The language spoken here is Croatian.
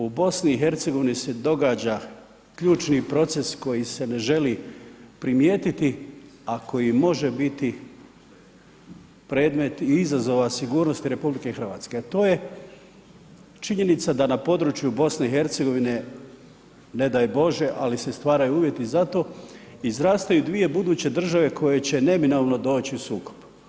U BiH se događa ključni proces koji se ne želi primijetiti, a koji može biti predmet i izazova sigurnosti RH, a to je činjenica da na području BiH ne daj bože, ali se stvaraju uvjeti zato izrastaju dvije buduće države koje će neminovno doći u sukob.